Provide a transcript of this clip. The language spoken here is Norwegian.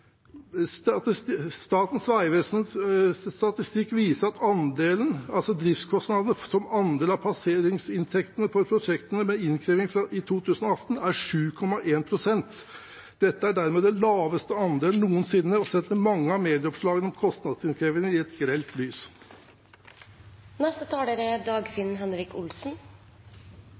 diskusjon. Statens vegvesens statistikk viser at driftskostnader som andel av passeringsinntekter for prosjektene med innkreving i 2018 er på 7,1 pst. Dette er dermed den laveste andelen noensinne, og det setter mange av medieoppslagene om kostnadsinnkrevingene i et grelt lys. Det er